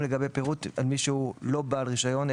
ופירוט לגבי מישהו שהוא לא בעל רישיון,